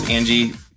Angie